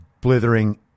blithering